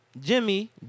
Jimmy